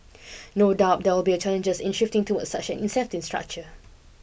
no doubt there will be a challenges in shifting towards such an incentive structure